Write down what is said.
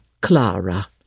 Clara